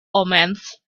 omens